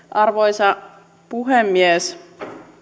arvoisa puhemies